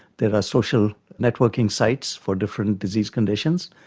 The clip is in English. there are social networking sites for different disease conditions,